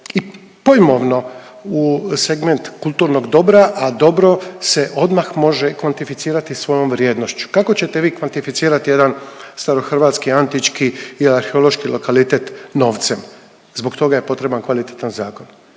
i pojmovno u segment kulturnog dobra, a dobro se odmah može kvantificirati svojom vrijednošću. Kako ćete vi kvantificirati jedan starohrvatski antički i arheološki lokalitet novcem, zbog toga je potreban kvalitetan zakon.